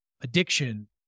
addiction